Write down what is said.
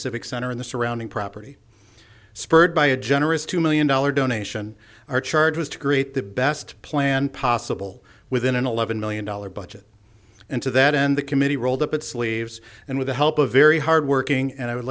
civic center in the surrounding property spurred by a generous two million dollar donation or charge was to create the best plan possible within an eleven million dollars budget and to that end the committee rolled up its sleeves and with the help of very hard working and i would